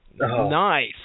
Nice